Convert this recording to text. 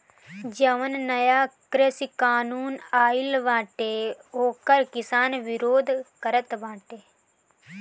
जवन नया कृषि कानून आइल बाटे ओकर किसान विरोध करत बाटे